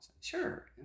Sure